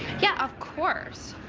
yeah of course!